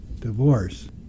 divorce